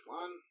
one